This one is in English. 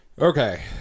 Okay